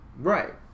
Right